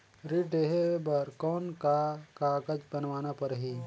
ऋण लेहे बर कौन का कागज बनवाना परही?